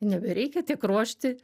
nebereikia tiek ruošti